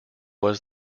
was